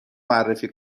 معرفی